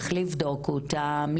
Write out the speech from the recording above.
לבדוק אותם,